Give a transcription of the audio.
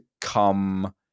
come